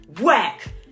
Whack